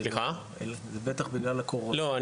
לא,